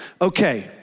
Okay